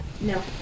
No